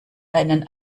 einen